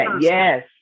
Yes